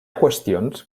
qüestions